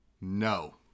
No